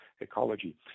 ecology